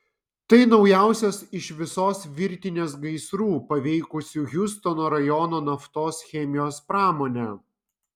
tai naujausias iš visos virtinės gaisrų paveikusių hjustono rajono naftos chemijos pramonę